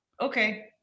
Okay